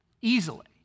easily